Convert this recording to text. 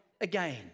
again